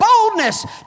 boldness